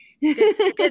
Good